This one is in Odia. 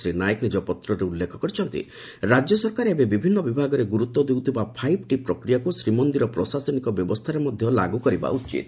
ଶ୍ରୀ ନାୟକ ନିଜ ପତ୍ରରେ ଉଲ୍ଲେଖ କରିଛନ୍ତି ରାଜ୍ୟ ସରକାର ଏବେ ବିଭିନ୍ନ ବିଭାଗରେ ଗୁରୁତ୍ ଦେଉଥିବା ଫାଇଭ୍ ଟି ପ୍ରକ୍ରିୟାକୁ ଶ୍ରୀମନ୍ଦିର ପ୍ରଶାସନିକ ବ୍ୟବସ୍ଚାରେ ମଧ୍ୟ ଲାଗୁ କରିବା ଉଚିତ୍